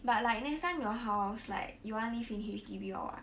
but like next time your house like you want live in H_D_B or what